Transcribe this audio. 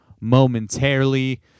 momentarily